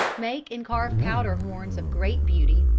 make and carve powder horns of great beauty,